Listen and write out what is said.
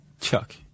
Chuck